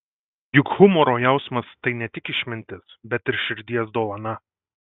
juk humoro jausmas tai ne tik išmintis bet ir širdies dovana